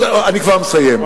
אני כבר מסיים.